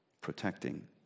protecting